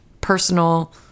Personal